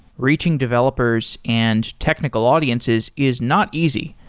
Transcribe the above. reaching developers and technical audiences is not easy,